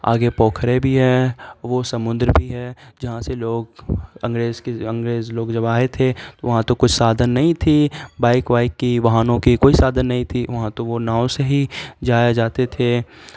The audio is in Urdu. آگے پوکھرے بھی ہے وہ سمندر بھی ہے جہاں سے لوگ انگریز کی انگریز لوگ جب آئے تھے تو وہاں تو کچھ سادھن نہیں تھی بائک وائک کی واہنوں کی کوئی سادھن نہیں تھی وہاں تو وہ ناؤ سے ہی جائے جاتے تھے